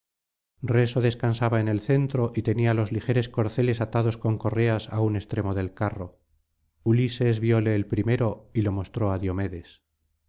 reso descansaba en el centro y tenía los ligeros corceles atados con correas á un extremo del carro ulises viole el primero y lo mostró á diomedes